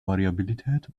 variabilität